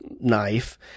knife